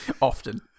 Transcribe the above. Often